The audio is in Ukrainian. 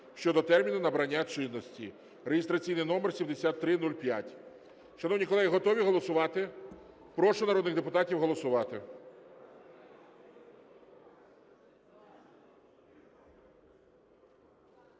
(щодо терміну набрання чинності) (реєстраційний номер 7305). Шановні колеги, готові голосувати? Прошу народних депутатів голосувати.